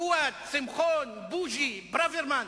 פואד, שמחון, בוז'י, ברוורמן,